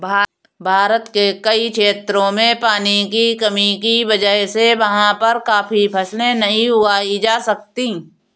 भारत के कई क्षेत्रों में पानी की कमी की वजह से वहाँ पर काफी फसलें नहीं उगाई जा सकती